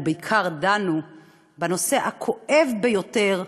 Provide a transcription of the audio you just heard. ובעיקר דנו בנושא הכואב ביותר,